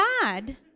God